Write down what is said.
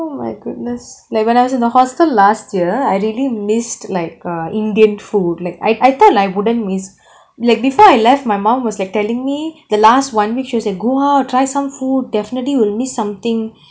oh my goodness like when I was in the hostel last year I really missed like err indian food like I I thought like I wouldn't miss like before I left my mom was like telling me the last one week she was like go out try some food definitely will miss something